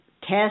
test